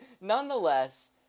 Nonetheless